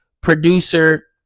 producer